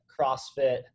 crossfit